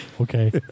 Okay